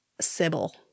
Sybil